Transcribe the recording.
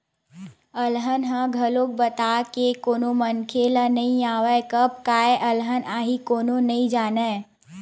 अलहन ह घलोक बता के कोनो मनखे ल नइ आवय, कब काय अलहन आही कोनो नइ जानय